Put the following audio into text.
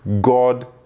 God